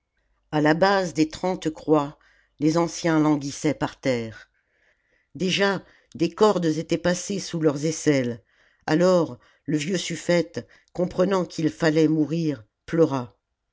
a la base des trente croix les anciens languissaient par terre déjà des cordes étaient passées sous leurs aisselles alors le vieux suffète comprenant qu'il fallait mourir pleura